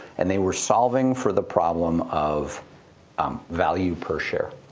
and they were solving for the problem of um value per share.